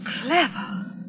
Clever